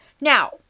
now